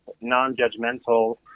non-judgmental